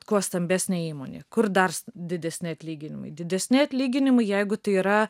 kuo stambesnė įmonė kur dar didesni atlyginimai didesni atlyginimai jeigu tai yra